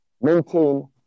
maintain